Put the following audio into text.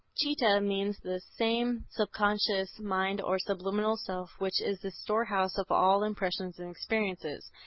chitta means the same subconscious mind or subliminal self which is the storehouse of all impressions and experiences.